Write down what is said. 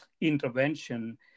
intervention